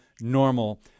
normal